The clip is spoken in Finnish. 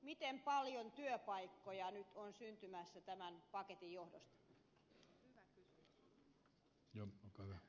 miten paljon työpaikkoja nyt on syntymässä tämän paketin johdosta